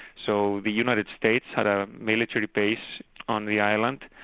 so the united states had a military base on the island,